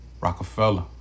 rockefeller